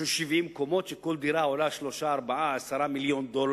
כי קואליציה יכולה לסרב לכל דבר